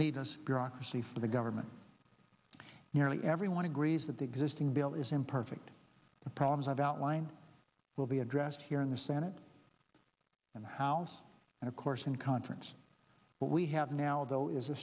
bureaucracy for the government nearly everyone agrees that the existing bill is imperfect the problems i've outlined will be addressed here in the senate and house and of course in conference but we have now though is a